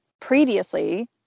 previously